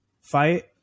fight